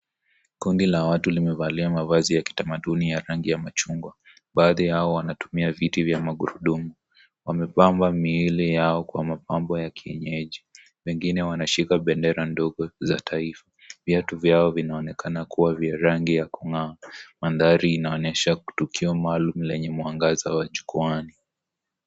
Kundi la watu wamevalia manvazi ya kitamaduni ya rangi ya machungwa . Baadhi yao wanatumia viti vya magurudumu . Wamepamba miili yao kwa mapambo ya kienyeji. Wengine wanashika bendera ndogo za taifa . Viatu vyao vinaonekana kuwa vya rangi ya kung'aa. Mandhari inaonyehsa tukio maalum lenye mwangaza wa hukuani.